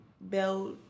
belt